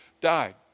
died